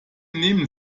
nehmen